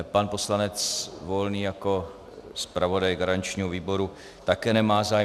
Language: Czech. Pan poslanec Volný jako zpravodaj garančního výboru také nemá zájem.